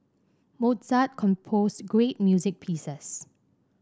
Mozart composed great music pieces